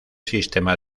sistema